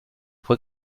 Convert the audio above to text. fue